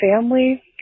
family